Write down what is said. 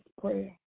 prayer